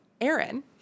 Aaron